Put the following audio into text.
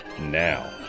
now